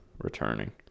returning